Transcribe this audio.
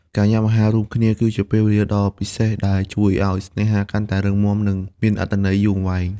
ការញ៉ាំអាហាររួមគ្នាគឺជាពេលវេលាដ៏ពិសេស ដែលជួយឱ្យស្នេហាកាន់តែរឹងមាំ និងមានអត្ថន័យយូរអង្វែង។